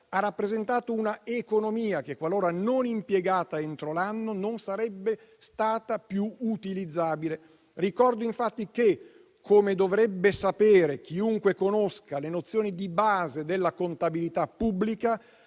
ha rappresentato un'economia che, qualora non impiegata entro l'anno, non sarebbe stata più utilizzabile. Ricordo infatti che, come dovrebbe sapere chiunque conosca le nozioni di base della contabilità pubblica,